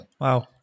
Wow